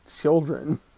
children